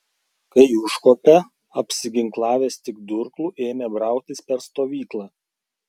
kai užkopė apsiginklavęs tik durklu ėmė brautis per stovyklą